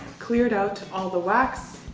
cleared out all the wax,